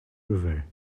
river